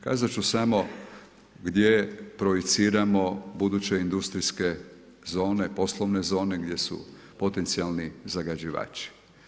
Kazat ću samo gdje projiciramo buduće industrijske zone, poslovne zone gdje su potencijalni zagađivači.